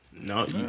No